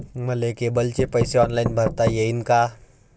मले केबलचे पैसे ऑनलाईन भरता येईन का?